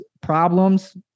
Problems